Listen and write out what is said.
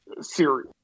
series